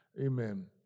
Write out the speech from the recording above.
Amen